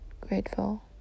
grateful